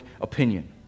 opinion